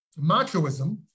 machoism